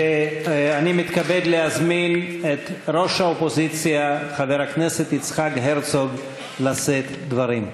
ואני מתכבד להזמין את ראש האופוזיציה חבר הכנסת יצחק הרצוג לשאת דברים.